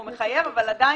הוא מחייב אבל עדין